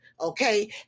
Okay